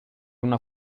una